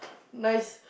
nice